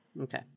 Okay